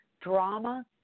drama